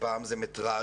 פעם זה מטרז',